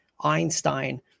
Einstein